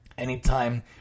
Anytime